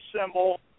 symbol